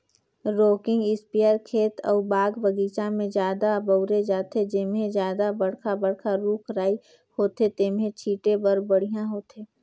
rocking sprayer खेत अउ बाग बगीचा में जादा बउरे जाथे, जेम्हे जादा बड़खा बड़खा रूख राई होथे तेम्हे छीटे बर बड़िहा होथे